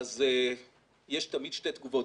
יש תמיד שתי תגובות.